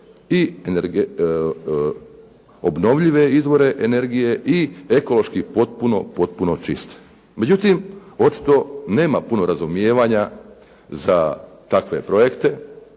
obnovljive izvore energije i ekološki potpuno čiste. Međutim, očito nema puno razumijevanja za takve projekte.